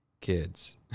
kids